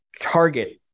target